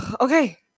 Okay